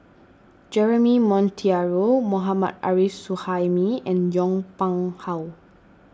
Jeremy Monteiro Mohammad Arif Suhaimi and Yong Pung How